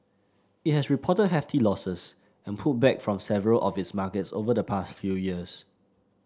it has reported hefty losses and pulled back from several of its markets over the past few years